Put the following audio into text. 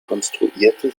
konstruierte